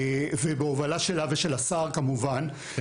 בהובלה שלה ושל השר הוקמה